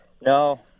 No